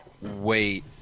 wait